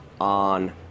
on